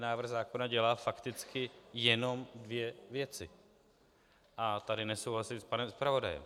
Návrh zákona ale dělá fakticky jenom dvě věci a tady nesouhlasím s panem zpravodajem.